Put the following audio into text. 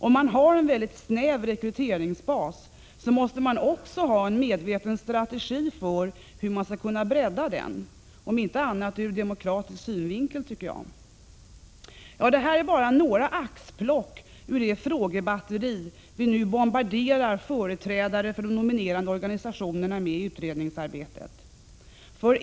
Om man har en väldigt snäv rekryteringsbas måste man också ha en medveten strategi för hur man skall kunna bredda den, om inte annat så ur demokratisk synvinkel tycker jag. Ja, detta är bara några axplock ur det frågebatteri vi nu bombarderar företrädare för de nominerande organisationerna med i utredningsarbetet.